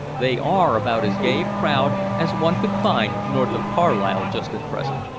they are about as gay a crowd as one could find north of carlisle just at present.